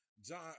John